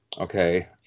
Okay